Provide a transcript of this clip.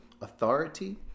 authority